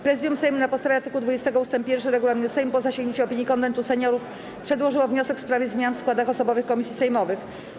Prezydium Sejmu na podstawie art. 20 ust. 1 regulaminu Sejmu, po zasięgnięciu opinii Konwentu Seniorów, przedłożyło wniosek w sprawie zmian w składach osobowych komisji sejmowych.